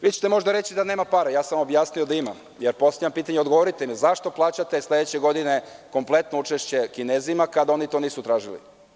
Vi ćete možda reći da nema para, a ja sam vam objasnio da ima, jer postavljam pitanje i odgovorite mi zašto plaćate sledeće godine kompletno učešće Kinezima, kada oni to nisu tražili?